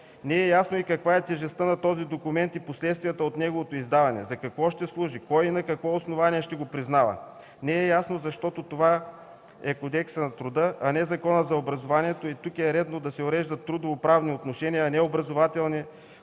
Не е ясно каква е тежестта на този документ и последствията от неговото издаване, за какво ще служи, кой и на какво основание ще го признава. Не е ясно, защото това е Кодекс на труда, а не закон за образованието и тук е редно да се уреждат трудовоправни отношения, а не образователни,